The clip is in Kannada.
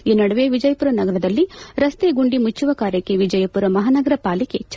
ಈ ನಡುವೆ ವಿಜಯಪುರ ನಗರದಲ್ಲಿ ರಸ್ತೆ ಗುಂಡಿ ಮುಚ್ಚುವ ಕಾರ್ಯಕ್ಕೆ ವಿಜಯಪುರ ಮಹಾನಗರ ಪಾಲಿಕೆ ಚಾಲನೆ ನೀಡಿದೆ